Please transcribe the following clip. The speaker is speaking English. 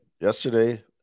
Yesterday